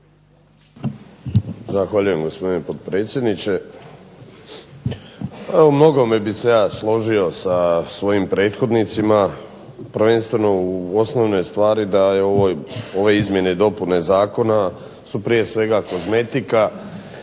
Zahvaljujem gospodine potpredsjedniče. Evo u mnogome bi se ja složio sa svojim prethodnicima prvenstveno u osnovne stvari da je ove izmjene i dopune zakona su prije svega kozmetika